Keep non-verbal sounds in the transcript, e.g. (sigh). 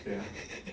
(laughs)